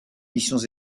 missions